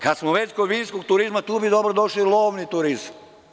Kada smo već kod vinskog turizma, tu bi dobro došao i lovni turizam.